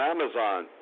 Amazon